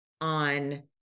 on